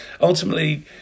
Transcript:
ultimately